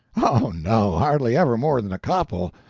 oh, no hardly ever more than a couple.